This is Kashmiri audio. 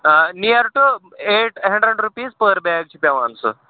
آ near two eight hundred rupees per bag چھِ پیٚوان سُہ